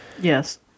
yes